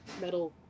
metal